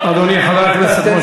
אנחנו נגיד להם לא לשרת.